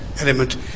element